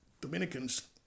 Dominicans